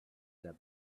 their